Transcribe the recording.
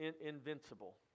invincible